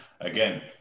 Again